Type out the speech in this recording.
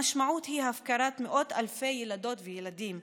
המשמעות היא הפקרת מאות אלפי ילדות וילדים,